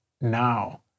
now